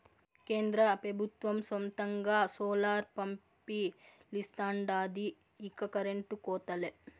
కేంద్ర పెబుత్వం సొంతంగా సోలార్ పంపిలిస్తాండాది ఇక కరెంటు కోతలే